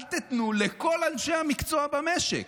אל תיתנו לכל אנשי המקצוע במשק,